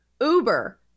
Uber